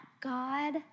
God